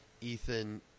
Ethan